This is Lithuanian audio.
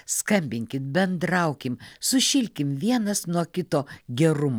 skambinkit bendraukim sušilkim vienas nuo kito gerumo